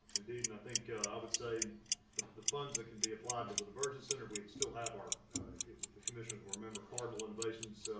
indeed and i think i would say the the funds that can be applied to the diversion center we'd still have our if even if the conditions were met mcardle innovations,